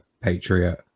patriot